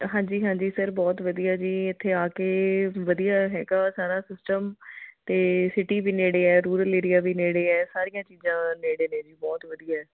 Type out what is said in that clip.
ਹਾਂਜੀ ਹਾਂਜੀ ਸਰ ਬਹੁਤ ਵਧੀਆ ਜੀ ਇੱਥੇ ਆ ਕੇ ਵਧੀਆ ਹੈਗਾ ਸਾਰਾ ਸਿਸਟਮ ਅਤੇ ਸਿਟੀ ਵੀ ਨੇੜੇ ਆ ਰੂਰਲ ਏਰੀਆ ਵੀ ਨੇੜੇ ਹੈ ਸਾਰੀਆਂ ਚੀਜ਼ਾਂ ਨੇੜੇ ਨੇ ਜੀ ਬਹੁਤ ਵਧੀਆ